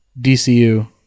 DCU